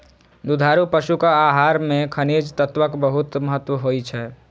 दुधारू पशुक आहार मे खनिज तत्वक बहुत महत्व होइ छै